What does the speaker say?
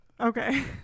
Okay